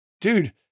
dude